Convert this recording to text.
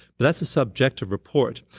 but that's a subjective report.